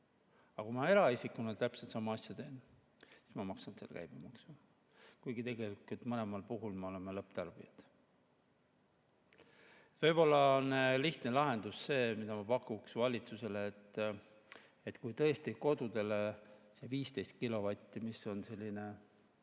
aga kui ma eraisikuna täpselt sama asja teen, siis ma maksan käibemaksu. Kuigi tegelikult mõlemal puhul me oleme lõpptarbijad. Võib-olla on lihtne lahendus see, mida ma pakuks valitsusele, et kui tõesti kodudele on see 15 kilovatti praktiliselt